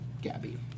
Gabby